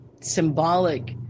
symbolic